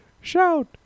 shout